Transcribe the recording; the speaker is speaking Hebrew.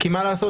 כי מה לעשות,